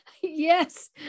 Yes